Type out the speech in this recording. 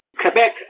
Quebec